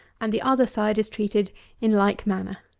and the other side is treated in like manner.